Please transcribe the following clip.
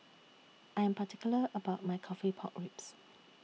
I Am particular about My Coffee Pork Ribs